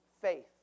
faith